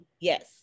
Yes